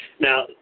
Now